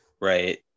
right